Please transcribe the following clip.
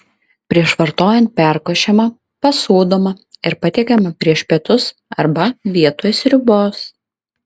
prieš vartojant perkošiama pasūdomą ir patiekiama prieš pietus arba vietoj sriubos